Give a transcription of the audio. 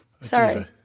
Sorry